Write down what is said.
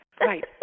Right